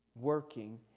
working